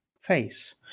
face